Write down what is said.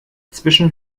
zwischen